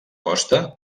costa